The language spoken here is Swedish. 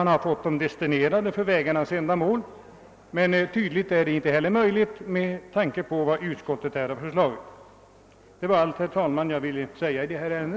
Enligt utskottsmajoritetens uppfattning är emellertid inte heller detta möjligt. Med detta, herr talman, har jag framfört vad jag i detta skede av debatten velat säga i föreliggande ärende.